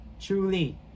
Truly